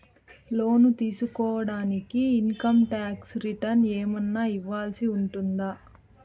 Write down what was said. లోను తీసుకోడానికి income tax returns ఏమన్నా ఇవ్వాల్సి ఉంటుందా